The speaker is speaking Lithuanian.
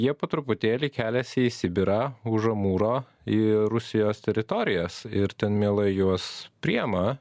jie po truputėlį keliasi į sibirą už amūro į rusijos teritorijas ir ten mielai juos priima